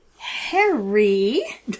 Harry